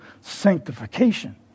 sanctification